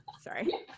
Sorry